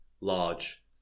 large